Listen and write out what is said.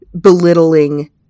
belittling